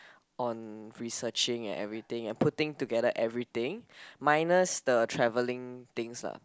on researching and everything and putting together everything minus the travelling things lah